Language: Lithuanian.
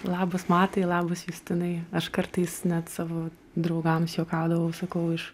labas matai labas justinai aš kartais net savo draugams juokaudavau sakau iš